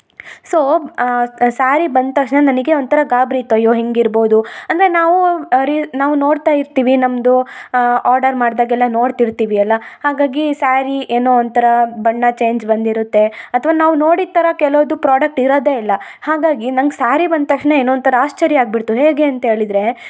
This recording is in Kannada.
ಸೋ ಸ್ಯಾರಿ ಬಂದ ತಕ್ಷಣ ನನಗೆ ಒಂಥರ ಗಾಬರಿ ಇತ್ತು ಅಯ್ಯೊ ಹೆಂಗೆ ಇರ್ಬೋದು ಅಂದರೆ ನಾವೂ ರೀ ನಾವು ನೋಡ್ತಾ ಇರ್ತೀವಿ ನಮ್ದು ಆರ್ಡರ್ ಮಾಡ್ದಾಗೆಲ್ಲ ನೋಡ್ತಿರ್ತೀವಿ ಅಲ್ಲ ಹಾಗಾಗಿ ಸ್ಯಾರಿ ಏನೋ ಒಂಥರಾ ಬಣ್ಣ ಚೇಂಜ್ ಬಂದಿರುತ್ತೆ ಅಥ್ವ ನಾವು ನೋಡಿದ ಥರ ಕೆಲ್ವೊಂದು ಪ್ರಾಡಕ್ಟ್ ಇರೋದೆ ಇಲ್ಲ ಹಾಗಾಗಿ ನಂಗೆ ಸ್ಯಾರಿ ಬಂದ ತಕ್ಷಣ ಏನೋ ಒಂಥರ ಆಶ್ಚರ್ಯ ಆಗಿಬಿಡ್ತು ಹೇಗೆ ಅಂತೇಳಿದ್ರೆ